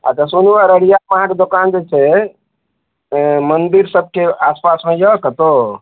अच्छा सुनू अररियामे अहाँके दोकान जे छै मन्दिर सबके आसपासमे यऽ कतौ